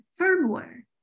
firmware